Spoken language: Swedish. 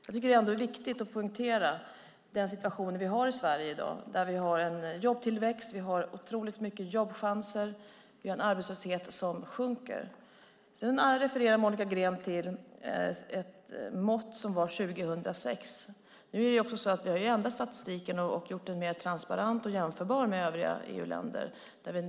Jag tycker ändå att det är viktigt att poängtera den situation som vi har i Sverige i dag där vi har en jobbtillväxt, otroligt många jobbchanser och en arbetslöshet som sjunker. Sedan refererar Monica Green till ett mått som man hade 2006. Nu har vi ändrat statistiken och gjort den mer transparent och jämförbar med övriga EU-länders statistik.